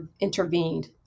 intervened